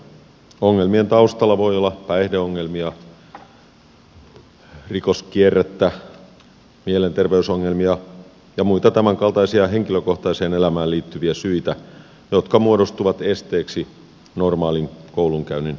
ongelmien taustalla voi olla päihdeongelmia rikoskierrettä mielenterveysongelmia ja muita tämänkaltaisia henkilökohtaiseen elämään liittyviä syitä jotka muodostuvat esteeksi normaalin koulunkäynnin onnistumiselle